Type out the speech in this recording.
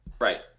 Right